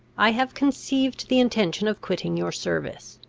i have conceived the intention of quitting your service.